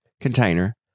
container